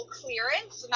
clearance